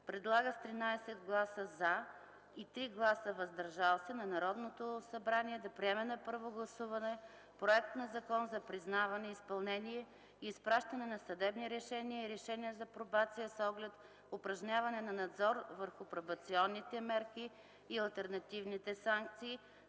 предлага (с 13 гласа „за” и 3 гласа „въздържал се”) на Народното събрание да приеме на първо гласуване проект на Закон за признаване, изпълнение и изпращане на съдебни решения и решения за пробация с оглед упражняване на надзор върху пробационните мерки и алтернативните санкции,